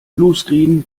bluescreen